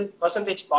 percentage